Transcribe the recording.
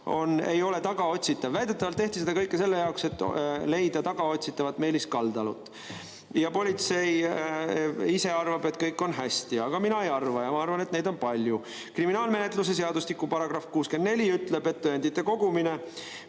ei ole tagaotsitav. Väidetavalt tehti seda kõike selleks, et leida tagaotsitav Meelis Kaldalu. Politsei ise arvab, et kõik on hästi, aga mina ei arva, ja ma arvan, et neid on palju[, kes nii ei arva]. Kriminaalmenetluse seadustiku § 64 ütleb, et tõendite kogumine